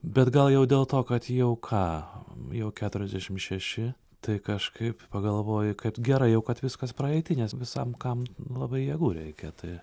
bet gal jau dėl to kad jau ką jau keturiasdešim šeši tai kažkaip pagalvoji kad gerai jau kad viskas praeity nes visam kam labai jėgų reikia tai